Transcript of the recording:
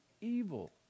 evil